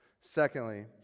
secondly